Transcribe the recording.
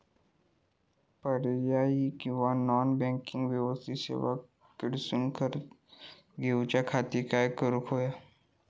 पर्यायी किंवा non banking वित्तीय सेवा कडसून कर्ज घेऊच्या खाती काय करुक होया?